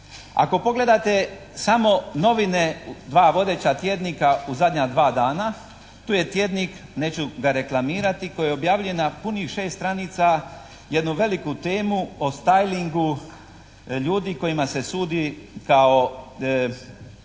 Ako pogledate samo novine, dva vodeća tjednika u zadnja dva dana, tu je tjednik neću ga reklamirati, koji je objavio na punih 6 stranica jednu veliku temu o staylingu ljudi kojima se sudi kao